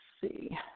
see